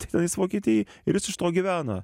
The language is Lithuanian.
tenais vokietijoj ir jis iš to gyvena